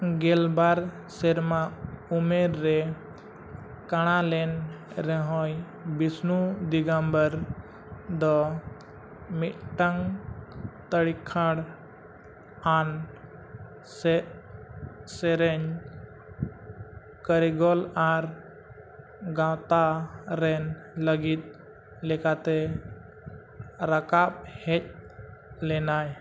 ᱜᱮᱞ ᱵᱟᱨ ᱥᱮᱨᱢᱟ ᱩᱢᱮᱨ ᱨᱮ ᱠᱟᱬᱟ ᱞᱮᱱ ᱨᱮᱦᱚᱸᱭ ᱵᱤᱥᱱᱩᱫᱤᱜᱚᱢᱵᱚᱨ ᱫᱚ ᱢᱤᱫᱴᱟᱝ ᱛᱤᱠᱷᱚᱲᱟᱱ ᱥᱮᱨᱮᱧ ᱠᱟᱨᱤᱜᱚᱞ ᱟᱨ ᱜᱟᱶᱛᱟ ᱨᱮᱱ ᱞᱟᱹᱜᱤᱫ ᱞᱮᱠᱟᱛᱮ ᱨᱟᱠᱟᱵ ᱦᱮᱡ ᱞᱮᱱᱟᱭ